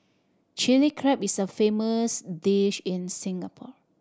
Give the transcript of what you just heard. Chilli Crab is a famous dish in Singapore